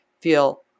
feel